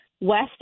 West